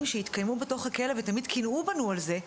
שהתקיימו בתוך הכלא ותמיד קינאו בנו על זה,